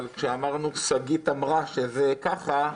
אבל כשאמרנו: שגית אמרה שזה ככה,